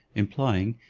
implying,